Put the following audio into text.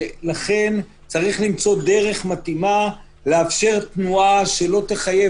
ולכן צריך למצוא דרך מתאימה לאפשר תנועה שלא תחייב